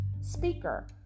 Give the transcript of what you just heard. speaker